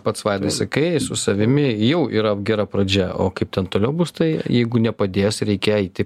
pats vaidai sakei su savimi jau yra gera pradžia o kaip ten toliau bus tai jeigu nepadės reikia eiti